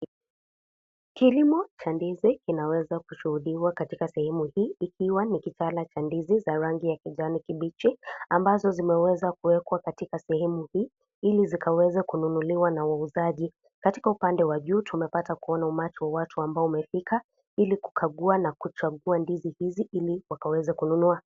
Kilimo ya ndizi inaweza kushuhudiwa katika sehemu hii ikiwa ni kitala cha ndizi za rangi ya kijani kibichi ambazo zimeweza kuwekwa katika sehemu hii ili zikaweze kununuliwa na wauzaji. Katika upande wa juu, tumepata kuona umati wa watu ambao wamefika Ili kukagua na kuchagua ndizi hizi Ili wakaweza kununua.